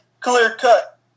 clear-cut